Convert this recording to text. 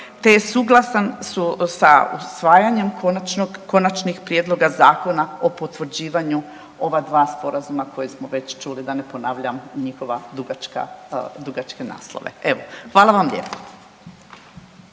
je suglasan sa usvajanjem konačnih prijedloga zakona o potvrđivanju ova dva sporazuma koje smo već čuli da ne ponavljam njihova dugačka, dugačke naslove. Evo, hvala vam lijepo.